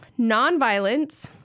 nonviolence